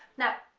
now,